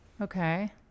Okay